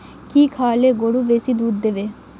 কি খাওয়ালে গরু বেশি দুধ দেবে?